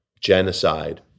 genocide